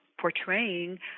portraying